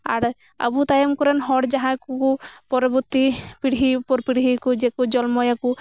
ᱟᱨ ᱟᱵᱚ ᱛᱟᱭᱚᱢ ᱠᱚᱨᱮᱱ ᱦᱚᱲ ᱡᱟᱦᱟᱸᱭ ᱠᱚ ᱠᱚ ᱯᱚᱨᱚᱵᱚᱨᱛᱤ ᱯᱤᱲᱦᱤ ᱩᱯᱚᱨ ᱯᱤᱲᱦᱤ ᱠᱚ ᱦᱤᱡᱩᱜᱼᱟᱠᱚ ᱡᱚᱨᱢᱚᱭᱟ ᱠᱚ